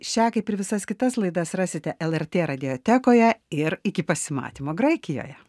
šią kaip ir visas kitas laidas rasite lrt radiotekoje ir iki pasimatymo graikijoje